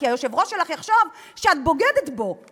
כי היושב-ראש שלך יחשוב שאת בוגדת בו.